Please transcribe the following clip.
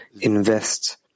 invest